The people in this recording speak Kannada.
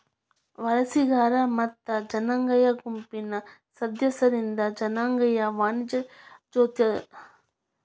ವಲಸಿಗರ ಮತ್ತ ಜನಾಂಗೇಯ ಗುಂಪಿನ್ ಸದಸ್ಯರಿಂದ್ ಜನಾಂಗೇಯ ವಾಣಿಜ್ಯೋದ್ಯಮವನ್ನ ವ್ಯಾಪಾರ ಮಾಲೇಕತ್ವ ಅಂತ್ ಸಡಿಲವಾಗಿ ವ್ಯಾಖ್ಯಾನಿಸೇದ್